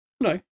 No